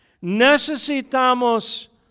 necesitamos